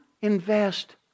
invest